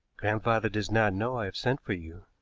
grandfather does not know i have sent for you.